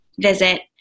visit